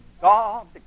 God